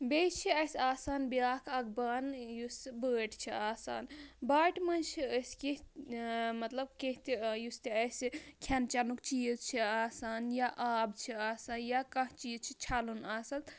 بیٚیہِ چھِ اَسہِ آسان بیٛاکھ اَکھ بانہٕ یُس بٲٹھۍ چھِ آسان باٹہِ منٛز چھِ أسۍ کینٛہہ مطلب کیٚنٛہہ تہِ یُس تہِ اَسہِ کھٮ۪ن چٮ۪نُک چیٖز چھِ آسان یا آب چھِ آسان یا کانٛہہ چیٖز چھِ چھَلُن آسان